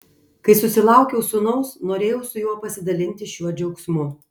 kai susilaukiau sūnaus norėjau su juo pasidalinti šiuo džiaugsmu